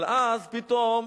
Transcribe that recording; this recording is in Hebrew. אבל אז, פתאום,